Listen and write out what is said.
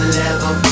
level